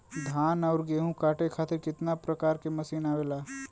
धान और गेहूँ कांटे खातीर कितना प्रकार के मशीन आवेला?